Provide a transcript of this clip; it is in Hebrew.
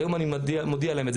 היום אני מודיע להם את זה,